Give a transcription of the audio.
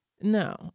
No